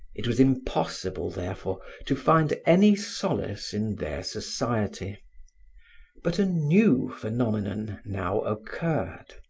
it was impossible, therefore, to find any solace in their society but a new phenomenon now occurred.